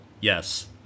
yes